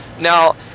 Now